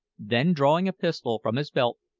then drawing a pistol from his belt,